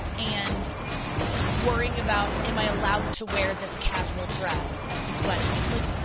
and worrying about am i allowed to wear this casual dress at this wedding. it's like,